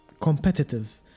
competitive